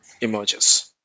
emerges